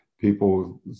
People